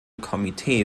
komitee